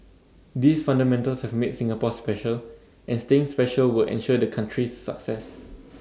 these fundamentals have made Singapore special and staying special will ensure the country's success